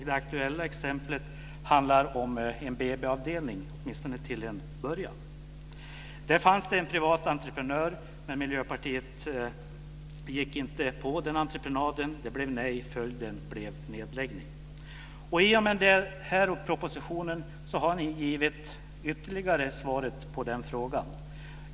Det aktuella exemplet handlar om en BB-avdelning, åtminstone till en början. Det fanns en privat entreprenör, men Miljöpartiet gick inte med på den entreprenaden. Det blev nej. Det blev nedläggning. I och med den här propositionen har ni givit ytterligare ett svar på den frågan.